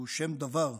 הוא שם דבר,